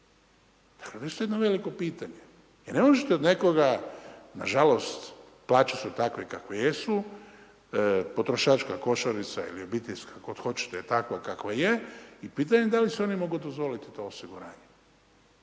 Dakle to je isto jedno veliko pitanje. Jer ne možete od nekoga, nažalost plaće su takve kakve jesu, potrošačka košarica ili obiteljska, kako god hoćete je takva kakva je i pitanje je da li si oni mogu dozvoliti to osiguranje.